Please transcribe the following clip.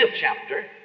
chapter